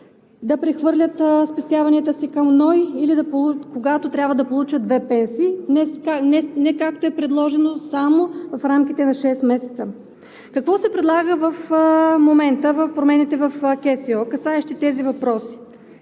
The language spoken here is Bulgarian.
да прехвърлят спестяванията си към НОИ, когато трябва да получат две пенсии, а не както е предложено – само в рамките на шест месеца. Какво се предлага в момента в промените в КСО, касаещи тези въпроси?